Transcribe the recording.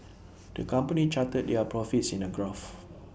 the company charted their profits in A graph